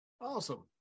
Awesome